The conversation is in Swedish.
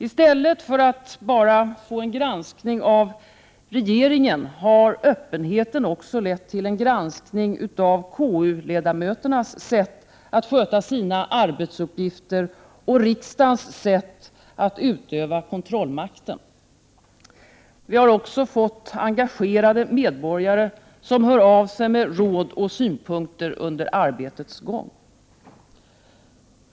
I stället för att bara få en granskning av regeringen har öppenheten också lett till en granskning av KU-ledamöternas sätt att sköta sina arbetsuppgifter och riksdagens sätt att utöva kontrollmakten. Vi har också fått engagerade medborgare som hör av sig med råd och synpunkter under arbetets gång.